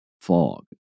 fog